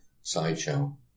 Sideshow